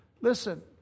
listen